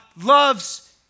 loves